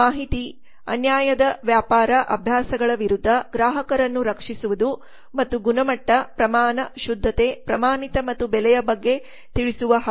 ಮಾಹಿತಿ ಅನ್ಯಾಯದ ವ್ಯಾಪಾರ ಅಭ್ಯಾಸಗಳ ವಿರುದ್ಧ ಗ್ರಾಹಕರನ್ನು ರಕ್ಷಿಸುವುದು ಮತ್ತು ಗುಣಮಟ್ಟ ಪ್ರಮಾಣ ಶುದ್ಧತೆ ಪ್ರಮಾಣಿತ ಮತ್ತು ಬೆಲೆಯ ಬಗ್ಗೆ ತಿಳಿಸುವ ಹಕ್ಕು